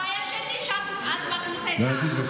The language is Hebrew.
הבעיה שלי היא שאת מכניסה את העוני רק,